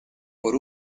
por